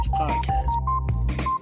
podcast